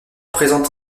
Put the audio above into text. présente